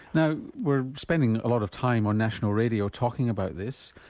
now we're spending a lot of time on national radio talking about this,